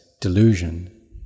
delusion